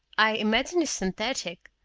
i imagine it's synthetic,